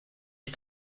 ich